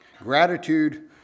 Gratitude